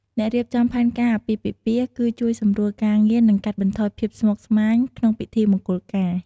អ្នករៀបចំផែនការអាពាហ៍ពិពាហ៍ គឹជួយសម្រួលការងារ និងកាត់បន្ថយភាពស្មុគស្មាញវក្នុងពិធីមង្គលការ។